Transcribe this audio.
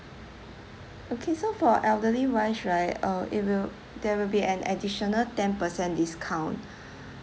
okay so for elderly wise right uh it will there will be an additional ten percent discount